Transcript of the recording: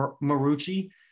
Marucci